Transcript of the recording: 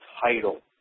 title